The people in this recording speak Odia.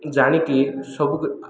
ଜାଣିକି ସବୁ